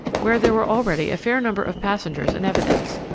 where there were already a fair number of passengers in evidence.